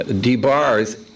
debars